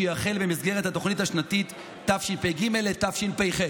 שיחל במסגרת התוכנית הרב-שנתית תשפ"ג לתשפ"ח.